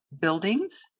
buildings